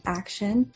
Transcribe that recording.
action